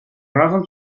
разом